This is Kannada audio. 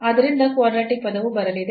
ಆದ್ದರಿಂದ ಕ್ವಾಡ್ರಾಟಿಕ್ ಪದವು ಬರಲಿದೆ